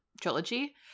trilogy